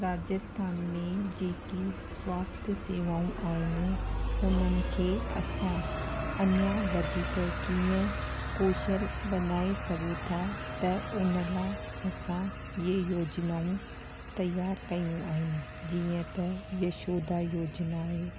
राजस्थान में जेकी स्वास्थ्य शेवाऊं आहिनि हुनन खे असां अञा वधीक कीअं कौशल बनाए सघूं था त उन लाइ असां इहे योजनाऊं तयार कयूं आहिनि जीअं त यशोदा योजना आहे